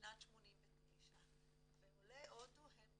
משנת 1989 ועולי הודו הם בתוכם,